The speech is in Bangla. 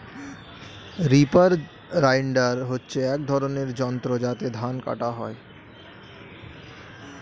রিপার বাইন্ডার হচ্ছে এক ধরনের যন্ত্র যাতে ধান কাটা হয়